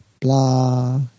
blah